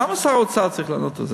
למה שר האוצר צריך לענות על זה?